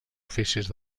oficis